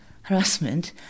harassment